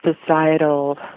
societal